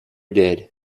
did